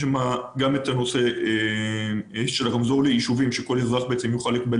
יש בה את הנושא של הרמזור ליישובים שכל אזרח יוכל לקבל